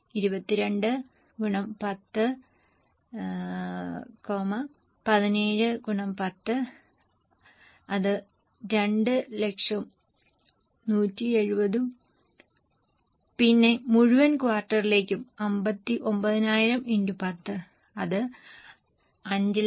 20 x 10 17 x 10 അത് 200000 ഉം 170 ഉം പിന്നെ മുഴുവൻ ക്വാർട്ടറിലേക്കും 59000 x 10 അത് 590000